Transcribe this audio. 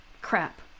crap